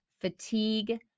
fatigue